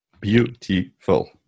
Beautiful